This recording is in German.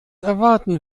erwarten